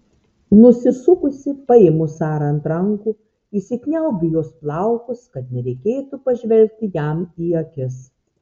nusisukusi paimu sarą ant rankų įsikniaubiu į jos plaukus kad nereikėtų pažvelgti jam į akis